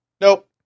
Nope